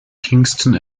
kingston